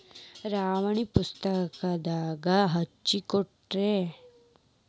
ಠೇವಣಿ ಪುಸ್ತಕದಾಗ ಹಚ್ಚಿ ಕೊಡ್ರಿ